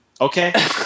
Okay